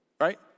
right